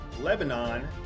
Lebanon